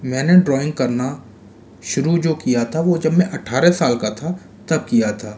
मैंने ड्रॉइंग करना शुरू जो किया था वह जब मैं अट्ठारह साल का था तब किया था